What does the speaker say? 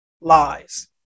lies